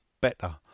better